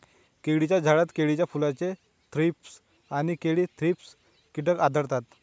केळीच्या झाडात केळीच्या फुलाचे थ्रीप्स आणि केळी थ्रिप्स कीटक आढळतात